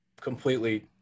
completely